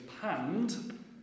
panned